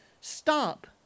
stop